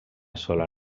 sola